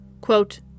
Quote